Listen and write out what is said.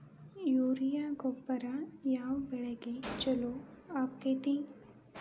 Urea ಗೊಬ್ಬರ ಯಾವ ಬೆಳಿಗೆ ಛಲೋ ಆಕ್ಕೆತಿ?